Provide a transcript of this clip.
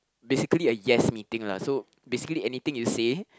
basically a yes meeting lah so basically anything you say